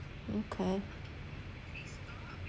okay